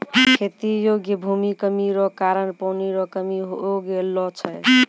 खेती योग्य भूमि कमी रो कारण पानी रो कमी हो गेलौ छै